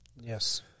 Yes